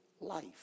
life